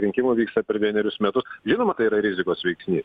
rinkimų vyksta per vienerius metus žinoma tai yra rizikos veiksnys